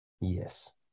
Yes